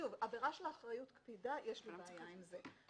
עבירה של אחריות קפידה, יש לי בעיה עם זה.